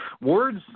words